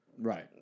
Right